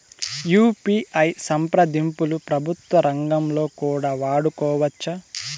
UPI సంప్రదింపులు ప్రభుత్వ రంగంలో కూడా వాడుకోవచ్చా?